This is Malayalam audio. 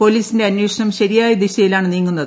പോലീസിന്റെ അന്വേഷണം ശരിയായ ദിശയിലാണ് നീങ്ങുന്നത്